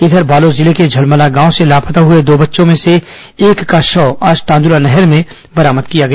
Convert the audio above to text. इधर बालोद जिले के झलमला गांव से लापता हुए दो बच्चों में से एक का शव आज तांदुला नहर में बरामद किया गया